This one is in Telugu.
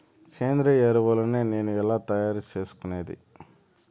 సేంద్రియ ఎరువులని నేను ఎలా తయారు చేసుకునేది?